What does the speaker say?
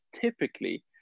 typically